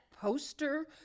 poster